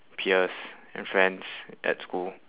peers and friends at school